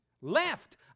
left